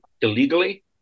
illegally